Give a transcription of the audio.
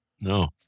No